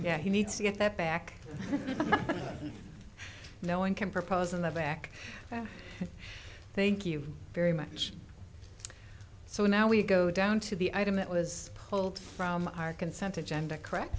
yeah he needs to get that back no one can propose in the back thank you very much so now we go down to the item that was pulled from our consent agenda correct